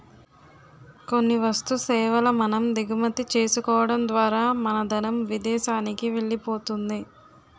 కొన్ని వస్తు సేవల మనం దిగుమతి చేసుకోవడం ద్వారా మన ధనం విదేశానికి వెళ్ళిపోతుంది